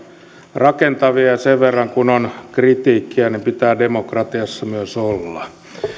rakentavia ja sen verran kuin on kritiikkiä niin pitää demokratiassa myös olla